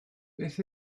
beth